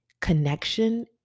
connection